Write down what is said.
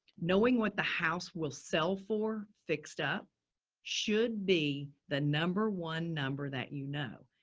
knowing what the house will sell for fixed up should be the number one number that you know,